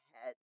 head